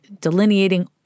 delineating